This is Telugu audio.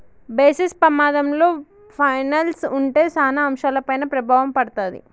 బేసిస్ పమాధంలో పైనల్స్ ఉంటే సాన అంశాలపైన ప్రభావం పడతాది